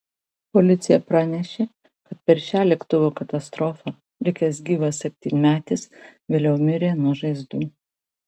policija pranešė kad per šią lėktuvo katastrofą likęs gyvas septynmetis vėliau mirė nuo žaizdų